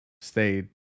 stayed